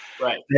Right